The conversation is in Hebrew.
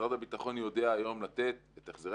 משרד הביטחון יודע היום לתת את החזרי